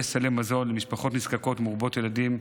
סלי מזון למשפחות נזקקות ומרובות ילדים.